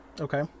Okay